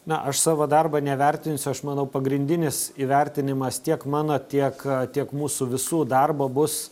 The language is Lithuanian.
na aš savo darbą nevertinsiu aš manau pagrindinis įvertinimas tiek mano tiek tiek mūsų visų darbo bus